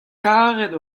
karet